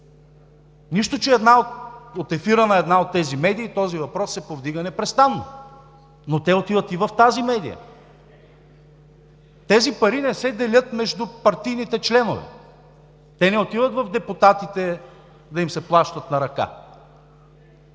Нищо че от ефира на една от тези медии този въпрос се повдига непрестанно, но те отиват и в тази медия. Тези пари не се делят между партийните членове, те не отиват в депутатите да им се плащат на ръка.